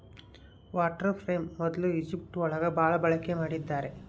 water frame ಮೊದ್ಲು Egypt ಒಳಗ ಭಾಳ ಬಳಕೆ ಮಾಡಿದ್ದಾರೆ